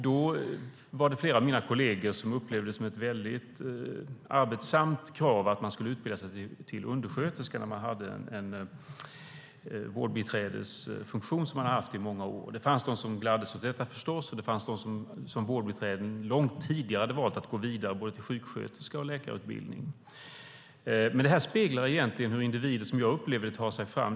Då upplevde flera av mina kolleger det som ett väldigt arbetsamt krav att utbilda sig till undersköterska när man i många år hade haft en vårdbiträdesfunktion. Det fanns förstås också de som gladde sig åt detta, och det fanns vårdbiträden som långt tidigare valt att gå vidare till både sjuksköterske och läkarutbildning. Det speglar hur individer, som jag upplever det, tar sig fram.